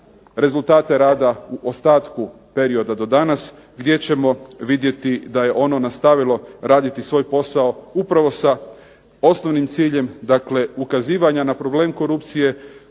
rezultate rada o ostatku perioda do danas gdje ćemo vidjeti da je ono nastavilo raditi svoj posao upravo sa osnovnim ciljem, dakle ukazivanja na problem korupcije